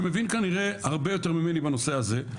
ומבין כנראה הרבה יותר ממני בנושא הזה,